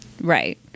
Right